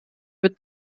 wird